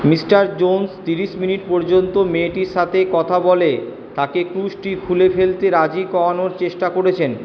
mister Jones তিরিশ minute পর্যন্ত মেয়েটির সাথে কথা বলে তাকে কুরুশটি খুলে ফেলতে রাজি করানোর চেষ্টা করেছেন